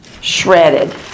shredded